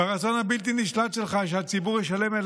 ברצון הבלתי-נשלט שלך שהציבור ישלם על